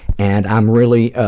and i'm really, ah,